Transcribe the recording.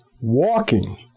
walking